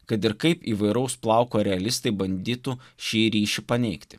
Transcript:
kad ir kaip įvairaus plauko realistai bandytų šį ryšį paneigti